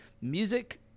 music